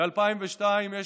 וב-2002 יש